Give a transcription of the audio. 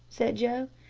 said joe.